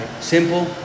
Simple